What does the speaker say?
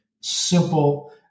simple